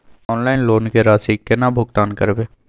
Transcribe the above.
Online loan के राशि केना भुगतान करबे?